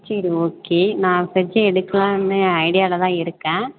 சரி ஓகே நான் ஃப்ரிட்ஜி எடுக்கலாம்னு ஐடியாவில் தான் இருக்கேன்